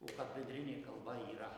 o kad bendrinė kalba yra